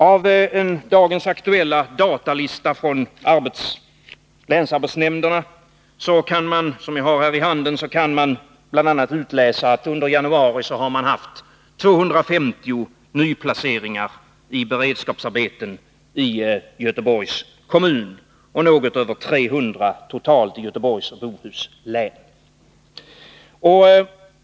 Av dagens aktuella datalista från länsarbetsnämnderna — som jag har här i handen — kan bl.a. utläsas att man under januari har haft 250 nyplaceringar i beredskapsarbeten i Göteborgs kommun och något över 300 totalt i Göteborgs och Bohus län.